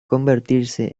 convertirse